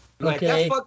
Okay